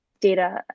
data